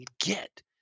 get